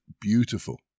beautiful